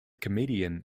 comedian